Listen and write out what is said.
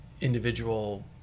individual